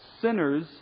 sinners